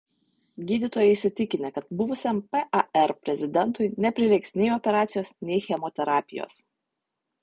gydytojai įsitikinę kad buvusiam par prezidentui neprireiks nei operacijos nei chemoterapijos